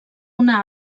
una